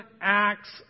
acts